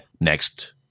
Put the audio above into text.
next